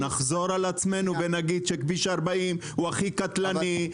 נחזור על עצמנו ונגיד שכביש 40 הוא הכי קטלני,